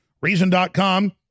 Reason.com